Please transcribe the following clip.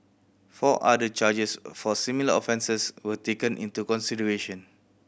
four other charges for similar offences were taken into consideration